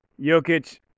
Jokic